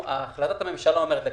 החלטת הממשלה אומרת לקצץ.